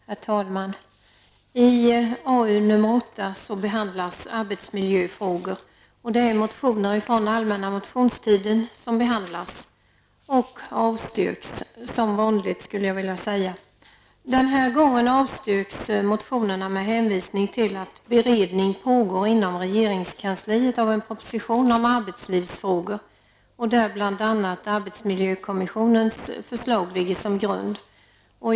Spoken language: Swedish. Herr talman! I arbetsmarknadsutskottet betänkande nr 8 behandlas arbetsmiljöfrågor. Det är motioner från allmänna motionstiden som behandlas, och avstyrks -- som vanligt, skulle jag vilja säga. Den här gången avstyrks motionerna med hänvisning till att beredning pågår inom regeringskansliet av en proposition om arbetslivsfrågor, där bl.a. arbetsmiljökommissionens förslag ligger som grund.